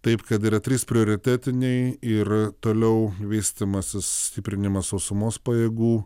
taip kad yra trys prioritetiniai ir toliau vystymasis stiprinimas sausumos pajėgų